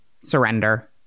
surrender